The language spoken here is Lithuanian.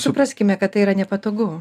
supraskime kad tai yra nepatogu